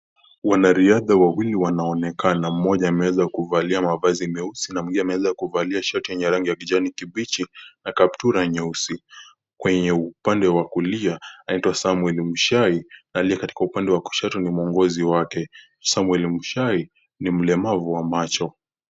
Wanariadha wawili wanaonekana. Mmoja ameweza kuvalia mavazi meusi na mwingine ameweza kulivalia shati yenye rangi ya kijani kibichi na kaptura nyeusi. Kwenye upande wa kulia, anaitwa Samuel Muchai na aliye katika upande wa kushoto ni mwongozi wake. Samuel Muchai ni mlemavu wa macho.